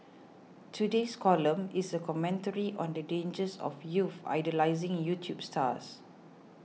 today's column is a commentary on the dangers of youths idolising YouTube stars